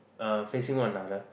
uh facing one another